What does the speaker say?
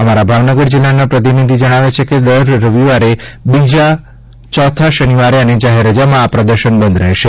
અમારા ભાવનગર જિલ્લાના પ્રતિનિધિ જણાવે છે કે દર રવિવારે બીજા ચોથા શનિવારે અને જાહેર રજામાં પ્રદર્શન બંધ રહેશે